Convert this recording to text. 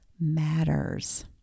matters